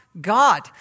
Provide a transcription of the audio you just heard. God